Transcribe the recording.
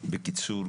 בקיצור,